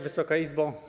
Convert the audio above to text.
Wysoka Izbo!